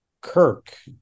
kirk